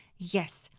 yes!